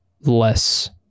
less